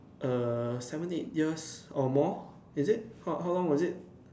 err seven eight years or more is it how how long was it